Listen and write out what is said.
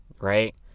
Right